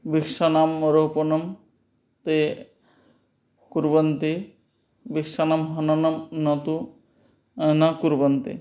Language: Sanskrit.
वृक्षाणां आरोपणं ते कुर्वन्ति वृक्षाणां हननं न तु न कुर्वन्ति